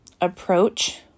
approach